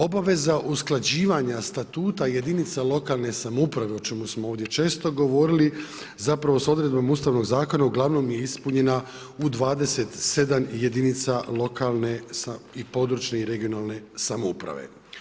Obaveza usklađivanja statuta jedinica lokalne samouprave, o čemu smo ovdje često govorili, zapravo s odredbom Ustavnog zakona uglavnom je ispunjena u 27 jedinica lokalne, područne i regionalne samouprave.